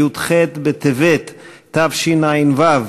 י"ח בטבת התשע"ו,